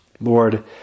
Lord